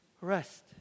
rest